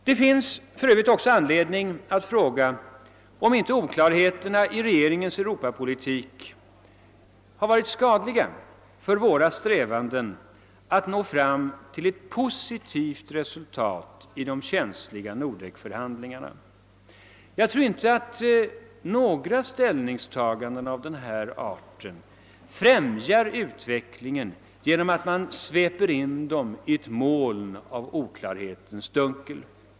För övrigt finns det också anledning att fråga, om inte oklarheten i regeringens Europapolitik har varit skadlig för våra strävanden att nå fram till ett positivt resultat i de känsliga Nordekförhandlingarna. Jag tror inte att några ställningstaganden av den här arten, genom ett insvepande i oklarhetens dunkel, främjar utvecklingen.